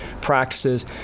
practices